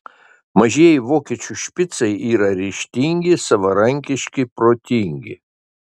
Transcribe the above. mažieji vokiečių špicai yra ryžtingi savarankiški protingi